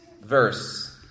verse